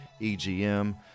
EGM